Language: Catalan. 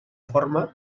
forma